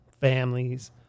families